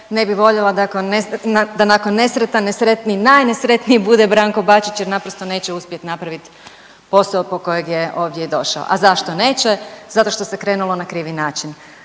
Ne bi voljela da nakon nesretan, nesretniji, najnesretniji bude Branko Bačić jer naprosto neće uspjeti napraviti posao po kojeg je ovdje i došao. A zašto neće? Zato što se krenulo na krivi način.